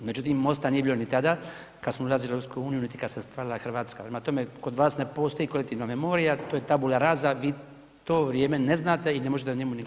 Međutim, MOSTA nije bilo ni tada kad smo ulazili u EU niti kad se stvarala Hrvatska, prema tome kod vas ne postoji kolektivna memorija to je tabula raza, vi to vrijeme ne znate i ne možete o njemu govoriti.